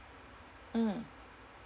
mm